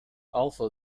also